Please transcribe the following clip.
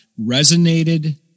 resonated